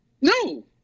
No